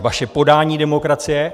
Vaše podání demokracie.